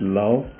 love